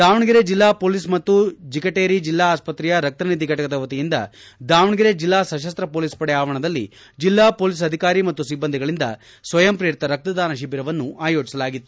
ದಾವಣಗೆರೆ ಜಿಲ್ಲಾ ಹೊಲೀಸ್ ಮತ್ತು ಚಿಗಟೇರಿ ಜಿಲ್ಲಾ ಆಸ್ಪತ್ರೆಯ ರಕ್ತ ನಿಧಿ ಘಟಕದ ವತಿಯಿಂದ ದಾವಣಗೆರೆ ಜಿಲ್ಲಾ ಸಶಸ್ತ ಹೊಲೀಸ್ ಪಡೆ ಆವರಣದಲ್ಲಿ ಜಿಲ್ಲಾ ಮೊಲೀಸ್ ಅಧಿಕಾರಿ ಮತ್ತು ಸಿಬ್ಬಂದಿಗಳಿಂದ ಸ್ವಯಂ ಪ್ರೇರಿತ ರಕ್ತದಾನ ಶಿಬಿರವನ್ನು ಆಯೋಜಿಸಲಾಗಿತ್ತು